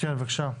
כן בבקשה.